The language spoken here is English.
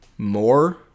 More